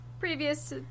Previous